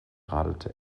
radelte